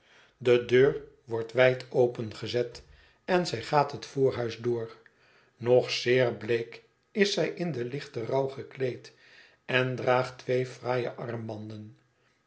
de deur wordt wijd opengezet en zij gaat het voorhuis door nog zeer bleek is zij in den lichten rouw gekleed en draagt twee fraaie armbanden